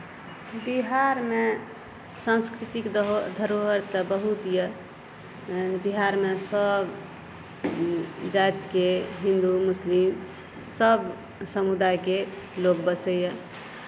बिहारमे साँस्कृतिक धरोहरि तऽ बहुत अइ बिहारमे सब जातिके हिन्दू मुसलिम सब समुदायके लोक बसैए